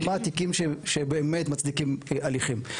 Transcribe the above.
ומה התיקים שבאמת מצדיקים הליכים.